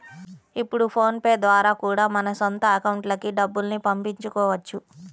ఇప్పుడు PhonePe ద్వారా కూడా మన సొంత అకౌంట్లకి డబ్బుల్ని పంపించుకోవచ్చు